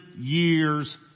years